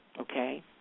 okay